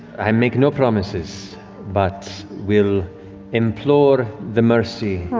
i make no promises but will implore the mercy.